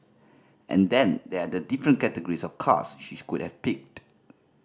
and then there are the different categories of cars she she could have picked